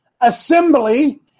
assembly